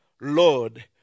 Lord